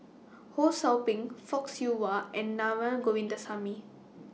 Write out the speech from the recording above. Ho SOU Ping Fock Siew Wah and Govindasamy